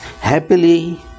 happily